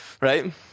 right